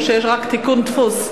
או שיש רק תיקון דפוס?